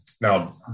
Now